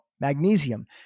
magnesium